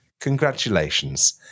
Congratulations